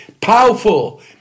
powerful